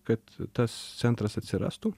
kad tas centras atsirastų